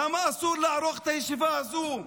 למה אסור לערוך את הישיבה הזו?